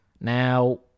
Now